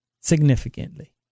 significantly